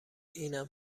اینم